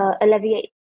alleviate